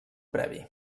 previ